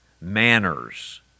manners